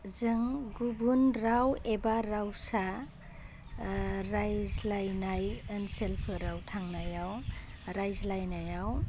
जों गुबुन राव एबा रावसा रायज्लायनाय ओनसोलफोराव थांनायाव रायज्लायनायाव